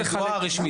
ידועה ורשמית.